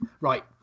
right